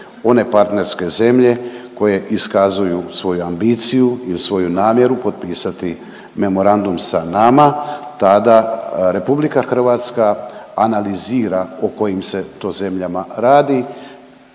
one partnerske zemlje koje iskazuju svoju ambiciju ili svoju namjeru potpisati memorandum sa nama tada RH analizira o kojim se to zemljama radi